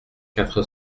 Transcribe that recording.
quatre